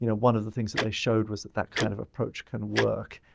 you know one of the things that they showed was that that kind of approach can work.